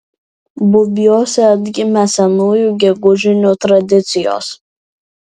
bubiuose atgimė senųjų gegužinių tradicijos